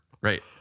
Right